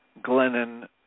Glennon